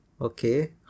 okay